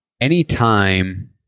Anytime –